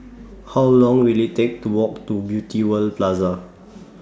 How Long Will IT Take to Walk to Beauty World Plaza